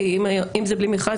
אם זה בלי מכרז,